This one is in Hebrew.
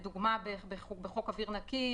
בחוק אוויר נקי,